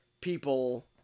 people